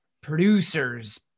producers